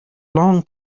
long